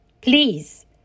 please